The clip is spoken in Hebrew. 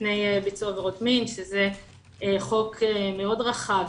מפני ביצוע עבירות מין, שזה חוק מאוד רחב,